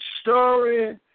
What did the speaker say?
story